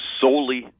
solely